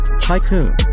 Tycoon